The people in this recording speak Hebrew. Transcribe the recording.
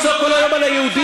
לצעוק כל היום על היהודים?